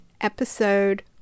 episode